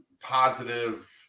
positive